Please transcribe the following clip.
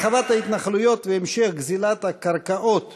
הרחבת ההתנחלויות והמשך גזלת הקרקעות